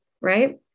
right